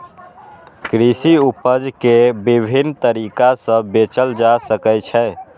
कृषि उपज कें विभिन्न तरीका सं बेचल जा सकै छै